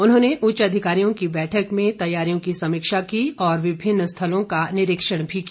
उन्होंने उच्च अधिकारियों की बैठक में तैयारियों की समीक्षा की और विभिन्न स्थलों का निरीक्षण भी किया